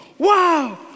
Wow